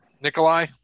Nikolai